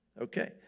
Okay